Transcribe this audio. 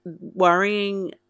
Worrying